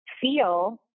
feel